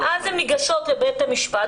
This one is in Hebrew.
ואז הן ניגשות לבית המשפט,